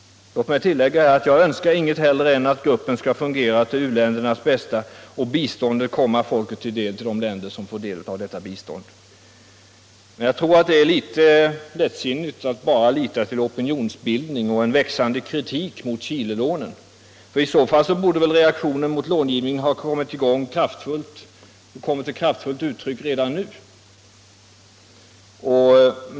Låt mig tillägga att jag inget hellre önskar än att gruppen skall fungera till u-ländernas bästa och biståndet komma folket till del i de länder som får detta bistånd, men jag tror det är litet för lättsinnigt att bara lita till opinionsbildning och växande kritik mot Chilelånen. I så fall borde väl reaktionen mot långivningen ha kommit till kraftfullt uttryck redan nu.